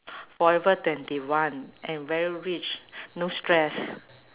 forever twenty one and very rich no stress